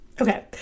Okay